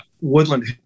Woodland